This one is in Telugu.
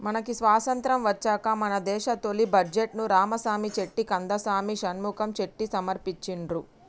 మనకి స్వతంత్రం వచ్చాక మన దేశ తొలి బడ్జెట్ను రామసామి చెట్టి కందసామి షణ్ముఖం చెట్టి సమర్పించిండ్రు